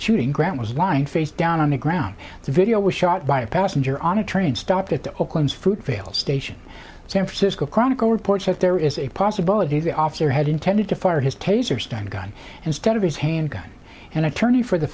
shooting grant was lying face down on the ground the video was shot by a passenger on a train stopped at the oakland's fruitvale station in san francisco chronicle reports that there is a possibility the officer had intended to fire his taser stun gun instead of his handgun and attorney for the